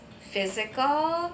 physical